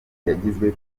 yagizwe